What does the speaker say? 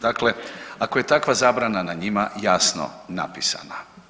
Dakle, ako je takva zabrana na njima jasno napisana.